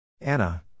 Anna